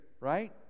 right